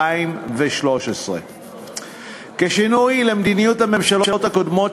2013. כשינוי ממדיניות הממשלות הקודמות,